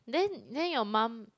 then then your mum